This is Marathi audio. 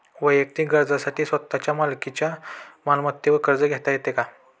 वैयक्तिक गरजांसाठी स्वतःच्या मालकीच्या मालमत्तेवर कर्ज घेता येतो का?